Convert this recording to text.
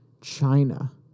China